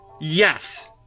Yes